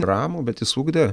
ramų bet jis ugdė